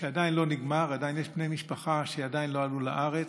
שעדיין לא נגמר, יש בני משפחה שעדיין לא עלו לארץ,